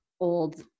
old